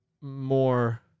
more